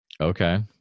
Okay